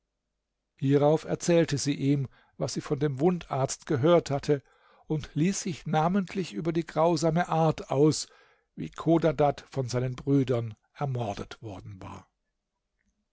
hierauf erzählte sie ihm was sie von dem wundarzt gehört hatte und ließ sich namentlich über die grausame art aus wie chodadad von seinen brüdern ermordet worden war